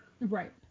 Right